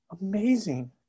amazing